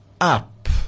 up